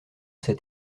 cet